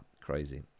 Crazy